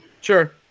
Sure